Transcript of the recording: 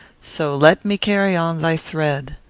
so, let me carry on thy thread.